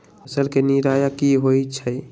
फसल के निराया की होइ छई?